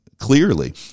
clearly